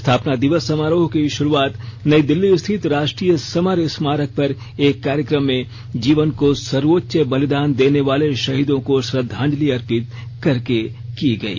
स्थापना दिवस समारोह की शरूआत नई दिल्ली स्थित राष्ट्रीय समर स्मारक पर एक कार्यक्रम में जीवन का सर्वोच्च बलिदान देने वाले शहीदों को श्रद्धांजलि अर्पित करके की गई